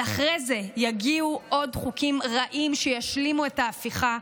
אבל אחרי זה יגיעו עוד חוקים רעים שישלימו את ההפיכה,